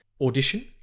audition